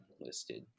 listed